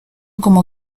como